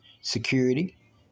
security